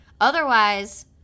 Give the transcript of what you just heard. otherwise